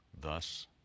thus